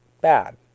bad